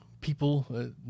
People